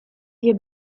hier